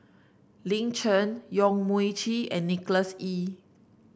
Lin Chen Yong Mun Chee and Nicholas Ee